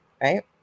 right